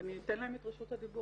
ואני אתן להם את רשות הדיבור.